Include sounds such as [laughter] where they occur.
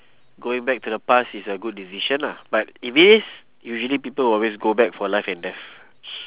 going back to the past is a good decision lah but if it is usually people will always go back for life and death [noise]